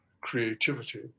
creativity